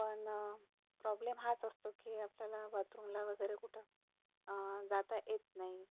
पण प्रॉब्लेम हाच असतो की आपल्याला बाथरूमला वगैरे कुठं जाता येत नाही